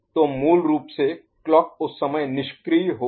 तो मूल रूप से क्लॉक उस समय निष्क्रिय होगी